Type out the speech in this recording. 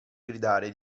gridare